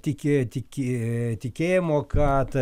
tiki tiki tikėjimo kad